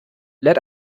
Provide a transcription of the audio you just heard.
let